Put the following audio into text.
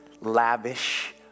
Lavish